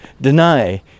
deny